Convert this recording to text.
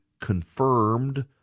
confirmed